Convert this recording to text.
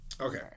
Okay